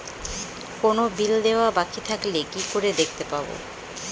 কোনো বিল দেওয়া বাকী থাকলে কি করে দেখতে পাবো?